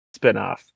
spinoff